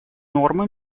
нормы